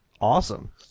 Awesome